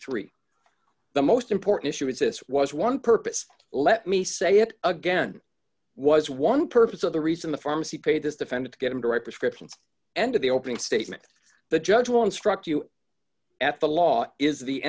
three the most important issue is this was one purpose let me say it again was one purpose of the reason the pharmacy paid this defendant to get him to write prescriptions and the opening statement the judge will instruct you at the law is the